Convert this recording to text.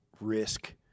risk